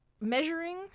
measuring